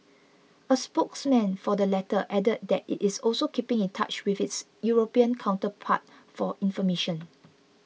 a spokesman for the latter added that it is also keeping in touch with its European counterpart for information